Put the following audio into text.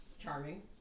charming